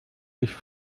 sich